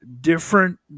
different